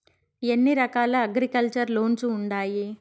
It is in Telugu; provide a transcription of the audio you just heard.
ఎన్ని రకాల అగ్రికల్చర్ లోన్స్ ఉండాయి